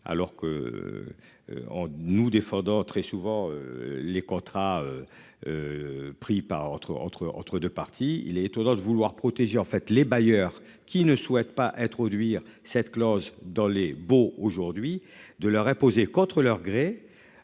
alors que. Nous défendons. Très souvent, les contrats. Pris par entre entre entre 2 parties. Il est étonnant de vouloir protéger en fait les bailleurs qui ne souhaite pas être réduire cette clause dans les beaux aujourd'hui de leur imposer contre leur gré.